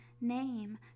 name